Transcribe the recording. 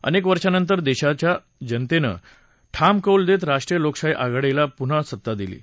अनेक वर्षानंतर देशाच्या जनतेनं ठाम कौल देत राष्ट्रीय लोकशाही आघाडीला पुन्हा सत्ता दिली आहे